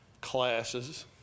classes